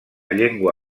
llengua